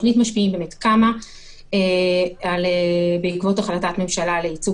תוכנית משפיעים קמה בעקבות החלטת ממשלה על ייצוג